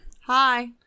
Hi